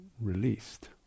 released